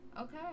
Okay